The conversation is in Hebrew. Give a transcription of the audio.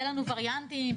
יהיו וריאנטים.